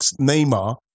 Neymar